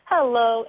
Hello